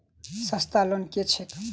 सस्ता लोन केँ छैक